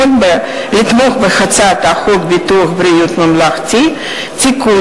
לתמוך בהצעת חוק ביטוח בריאות ממלכתי (תיקון,